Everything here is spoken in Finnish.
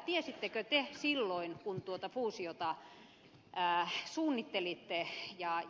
tiesittekö te silloin kun tuota fuusiota suunnittelitte